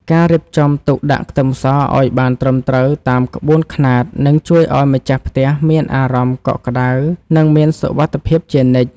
ការរៀបចំទុកដាក់ខ្ទឹមសឱ្យបានត្រឹមត្រូវតាមក្បួនខ្នាតនឹងជួយឱ្យម្ចាស់ផ្ទះមានអារម្មណ៍កក់ក្តៅនិងមានសុវត្ថិភាពជានិច្ច។